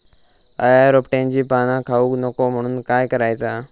अळ्या रोपट्यांची पाना खाऊक नको म्हणून काय करायचा?